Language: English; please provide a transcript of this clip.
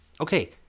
okay